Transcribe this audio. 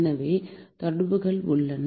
சில தொடர்புகள் உள்ளன